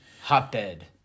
Hotbed